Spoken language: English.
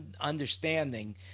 understanding